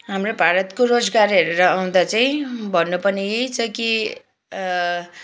हाम्रो भारतको रोजगार हेरेर आउँदा चाहिँ भन्नु पर्ने यही छ कि